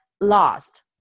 lost